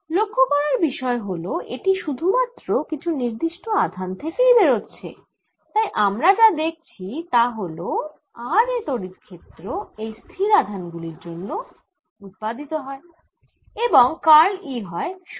লক্ষ্য করার বিষয় হল এটি শুধু মাত্র কিছু নির্দিষ্ট আধান থেকেই বেরচ্ছে তাই আমরা যা দেখছি তা হল r এ তড়িৎ ক্ষেত্র এই স্থির আধানগুলির দ্বারা উৎপন্ন হয় এবং কার্ল E হল 0